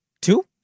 Two